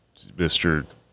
mr